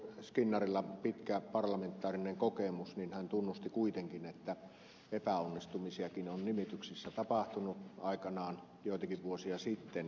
skinnarilla pitkä parlamentaarinen kokemus niin hän tunnusti kuitenkin että epäonnistumisiakin on nimityksissä tapahtunut aikanaan joitakin vuosia sitten